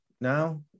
now